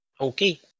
Okay